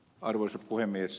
arvoisa puhemies